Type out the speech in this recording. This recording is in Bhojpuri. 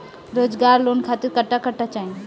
रोजगार लोन खातिर कट्ठा कट्ठा चाहीं?